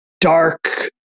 dark